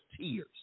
tears